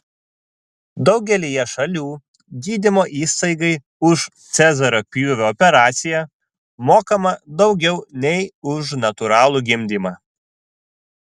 daugelyje šalių gydymo įstaigai už cezario pjūvio operaciją mokama daugiau nei už natūralų gimdymą